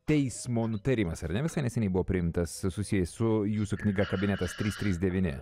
teismo nutarimas ar ne visai neseniai buvo priimtas susijęs su jūsų knyga kabinetas trys trys devyni